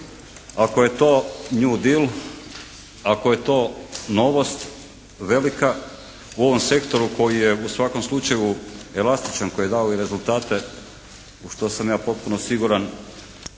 Ako je to new deal, ako je to novost velika u ovom sektoru koji je u svakom slučaju elastičan, koji je dao i rezultate u što sam ja potpuno siguran